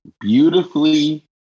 beautifully